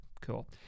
Cool